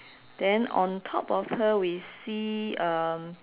then on top of her we see um